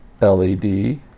LED